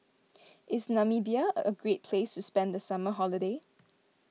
is Namibia a a great place spend the summer holiday